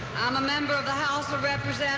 i'm a member of the house of